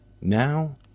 Now